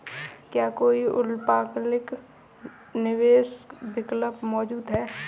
क्या कोई अल्पकालिक निवेश विकल्प मौजूद है?